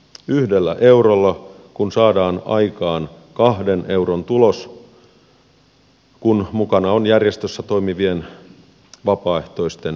yhdellä eurolla saadaan aikaan kahden euron tulos kun mukana on järjestössä toimivien vapaaehtoisten työpanos